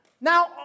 Now